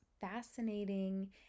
fascinating